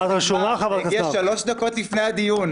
זה הגיע שלוש דקות לפני הדיון.